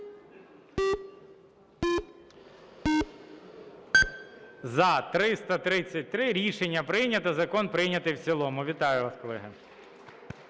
За-333 Рішення прийнято. Закон прийнятий в цілому. Вітаю вас, колеги.